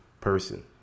person